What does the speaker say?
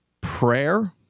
prayer